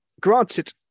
Granted